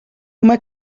uma